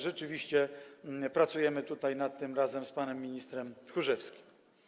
Rzeczywiście pracujemy nad tym razem z panem ministrem Tchórzewskim.